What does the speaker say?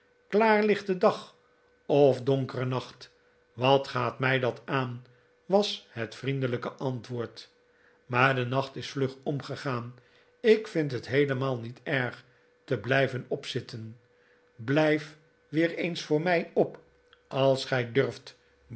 klaarlichte dag of donkere nacht wat gaat mij dat aan was het vriendelijke antwoord maar de nacht is vlug omgegaan ik vind het heelemaal niet erg te blijven opzitten if blijf weer eens voor mij op als gij durft